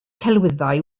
celwyddau